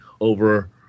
over